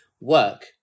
work